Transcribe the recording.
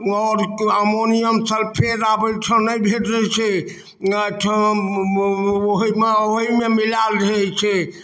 आओर ammonium sulphate आब अइ ठाम नहि भेटै छै ने अइ ठाम ओइठमा ओइमे मिलायल रहै छै